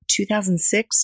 2006